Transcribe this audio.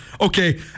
okay